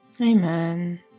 Amen